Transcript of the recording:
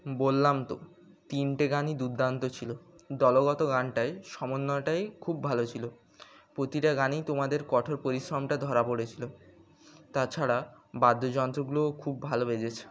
বললাম তো তিনটে গানই দুর্দান্ত ছিলো দলগত গানটায় সমন্বটাই খুব ভালো ছিলোতিটা গানই তোমাদের কঠোর পরিশ্রমটা ধরা পড়েছিলো তাছাড়া বাদ্যযন্ত্রগুলোও খুব ভালো বেজেছে